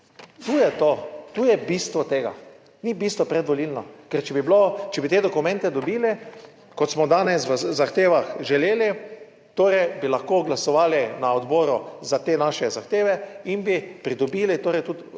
Tu je to, tu je bistvo tega. Ni bistvo predvolilno, ker če bi bilo, če bi te dokumente dobili, kot smo danes v zahtevah želeli, torej bi lahko glasovali na odboru za te naše zahteve in bi pridobili,